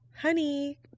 honey